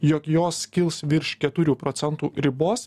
jog jos kils virš keturių procentų ribos